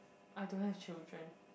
I don't have children